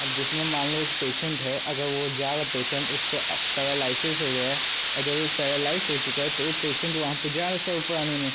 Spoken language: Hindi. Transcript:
अब जिसमें मान लो एक पेशेंट है अगर वह वह जा रहा है पेशेंट उसको पैरालाइसिस हो गया है और जब वो पैरालाइस हो चुका है तो पेशेंट वहाँ पर जा रहा है स्वरूपरानी में